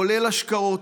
כולל השקעות,